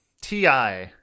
TI